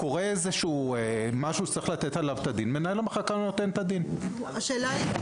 אם קורה משהו שצריך לתת עליו את הדין מנהל המחלקה נותן עליו את הדין.